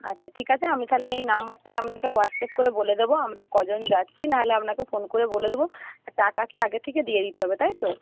আচ্ছা ঠিক আছে আমি তাহলে এই নম্বরটায় আপনাকে হোয়াটসঅ্যাপ করে বলে দেব আমরা কজন যাচ্ছি নাহলে আপনাকে ফোন করে বলে দেব টাকা কি আগে থেকে দিয়ে দিতে হবে তাই তো